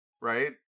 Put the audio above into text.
Right